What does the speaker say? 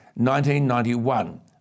1991